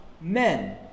men